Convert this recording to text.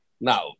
Now